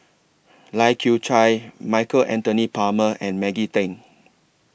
Lai Kew Chai Michael Anthony Palmer and Maggie Teng